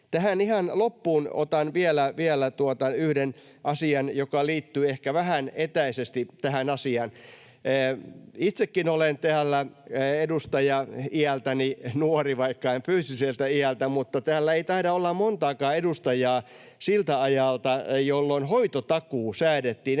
Tähän ihan loppuun otan vielä yhden asian, joka liittyy ehkä vähän etäisesti tähän asiaan: Itsekin olen täällä edustajaiältäni nuori, vaikka en fyysiseltä iältä, mutta täällä ei taida olla montakaan edustajaa siltä ajalta, jolloin hoitotakuu säädettiin